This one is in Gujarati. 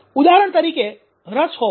ઉદાહરણ તરીકે રસ હોવો